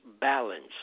balance